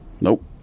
nope